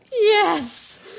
Yes